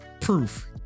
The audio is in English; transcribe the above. proof